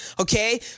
okay